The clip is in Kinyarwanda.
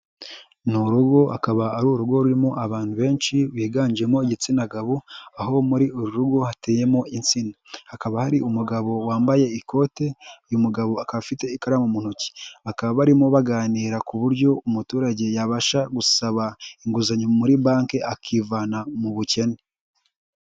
Ni urugo akaba ari urugo rurimo abantu benshi biganjemo igitsina gabo aho muri uru rugo hateyemo insina, hakaba hari umugabo wambaye ikote uyu umugabo akaba afite ikaramu mu ntoki, bakaba barimo baganira ku buryo umuturage yabasha gusaba inguzanyo muri banki akivana mu bukene.